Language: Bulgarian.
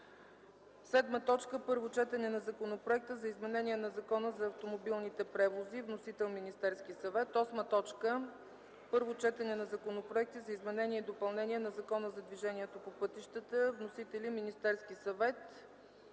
четвъртък. 7. Първо четене на Законопроекта за изменение на Закона за автомобилните превози. Вносител: Министерският съвет. 8. Първо четене на законопроекти за изменение и допълнение на Закона за движението по пътищата. Вносители: Министерският съвет;